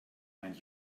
and